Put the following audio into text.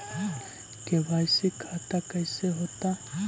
KYC खतबा कैसे होता?